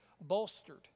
bolstered